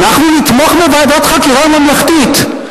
אנחנו נתמוך בוועדת חקירה ממלכתית.